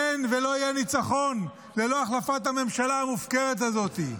אין ולא יהיה ניצחון ללא החלפת הממשלה המופקרת הזאת.